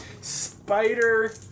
Spider